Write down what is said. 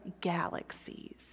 galaxies